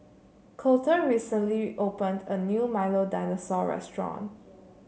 Colter recently opened a new Milo Dinosaur Restaurant